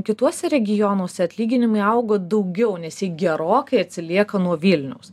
kituose regionuose atlyginimai augo daugiau nes jie gerokai atsilieka nuo vilniaus